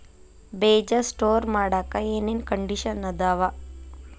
ಬೇಜ ಸ್ಟೋರ್ ಮಾಡಾಕ್ ಏನೇನ್ ಕಂಡಿಷನ್ ಅದಾವ?